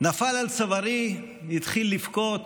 נפל על צווארי, התחיל לבכות